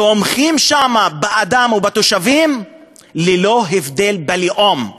תומכים שם באדם ובתושבים ללא הבדל בלאום,